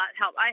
help